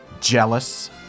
jealous